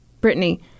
Brittany